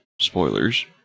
Spoilers